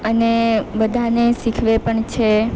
અને બધાને શીખવે પણ છે